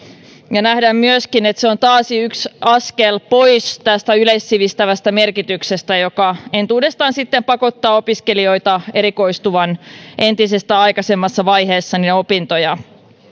nähdään myöskin että se on taas yksi askel pois tästä yleissivistävästä merkityksestä joka pakottaa opiskelijoita erikoistumaan entistä aikaisemmassa vaiheessa opintoja